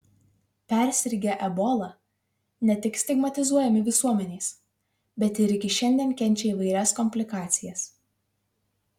persirgę ebola ne tik stigmatizuojami visuomenės bet ir iki šiandien kenčia įvairias komplikacijas